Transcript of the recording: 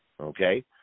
okay